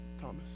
Thomas